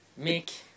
Mick